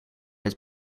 het